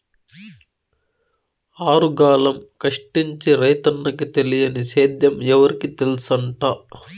ఆరుగాలం కష్టించి రైతన్నకి తెలియని సేద్యం ఎవరికి తెల్సంట